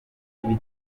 ibiti